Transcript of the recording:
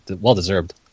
well-deserved